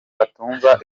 atumva